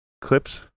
clips